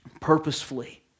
purposefully